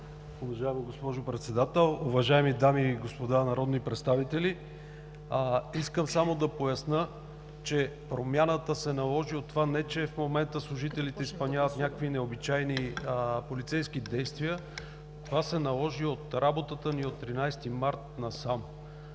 Уважаема госпожо Председател, уважаеми дами и господа народни представители! Искам само да поясня, че промяната се наложи от това не че в момента служителите изпълняват някакви необичайни полицейски действия. Това се наложи от работата ни от 13 март насам.